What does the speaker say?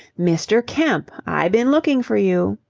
mister kemp! i been looking for you.